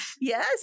yes